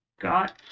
got